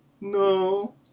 No